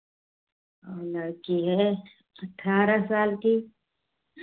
लड़की है अठारह साल की